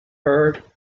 her